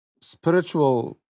spiritual